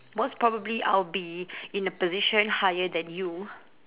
most probably I'll be in a position higher than you